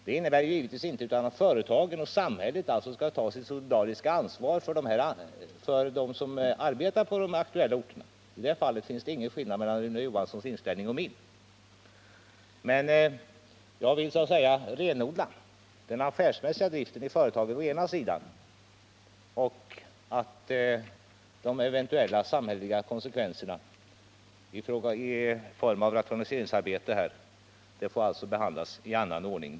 Det innebär inte att inte företagen och samhället skall ta sitt solidariska ansvar för dem som arbetar på de aktuella orterna. I det fallet finns det ingen skillnad mellan Rune Johanssons inställning och min. Men jag vill renodla den affärsmässiga driften av företagen. De eventuella samhälleliga konsekvenserna av rationaliseringsarbetet får alltså behandlas i annan ordning.